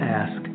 ask